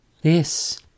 This